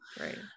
Right